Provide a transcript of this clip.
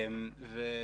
המקצועית.